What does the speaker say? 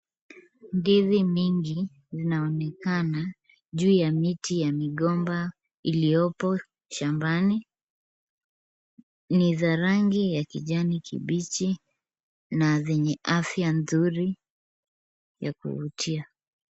Ndizi mingi zinaonekana juu ya miti ya migomba iliyopo shambani. Ni za rangi ya kijani kibichi, na zenye afya nzuri ya kuvutia.